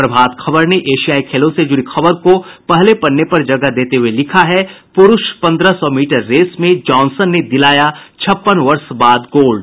प्रभात खबर ने एशियाई खेलों से जुड़ी खबर को पहले पन्ने पर जगह देते हुये लिखा है पुरूष पन्द्रह सौ मीटर रेस में जॉनसन ने दिलाया छप्पन वर्ष बाद गोल्ड